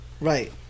Right